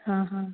हां हां